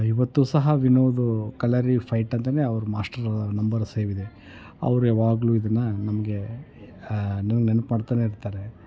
ಇವತ್ತು ಸಹ ವಿನೋದು ಕಳರಿಪಯಟ್ ಅಂತಲೇ ಅವ್ರು ಮಾಸ್ಟರ್ ನಂಬರ್ ಸೇವಿದೆ ಅವ್ರು ಯಾವಾಗಲೂ ಇದನ್ನು ನಮಗೆ ನನಗೆ ನೆನ್ಪುಮಾಡ್ತನೆ ಇರ್ತಾರೆ